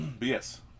yes